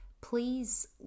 please